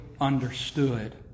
understood